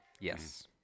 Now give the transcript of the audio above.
Yes